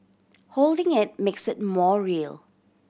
holding it makes it more real